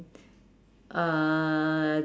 uh